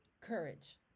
courage